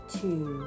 two